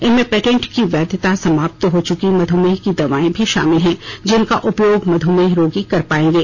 इनमें पेटेंट की वैधता समाप्त हो चुकी मधुमेह की दवाए भी शामिल हैं जिनका उपयोग मधुमेह रोगी कर पायेंगे